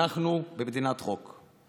אנחנו במדינת חוק.